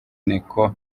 niko